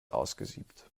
ausgesiebt